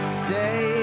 stay